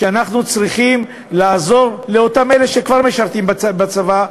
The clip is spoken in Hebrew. שאנחנו צריכים לעזור לאותם אלה שכבר משרתים בצבא,